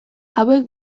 hauek